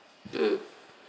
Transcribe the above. mm